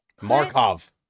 Markov